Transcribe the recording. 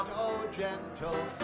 gentle